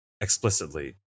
explicitly